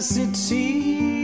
city